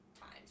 times